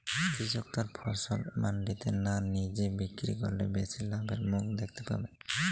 কৃষক তার ফসল মান্ডিতে না নিজে বিক্রি করলে বেশি লাভের মুখ দেখতে পাবে?